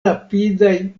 rapidaj